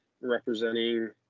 representing